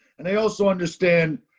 and they also understand,